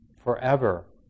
forever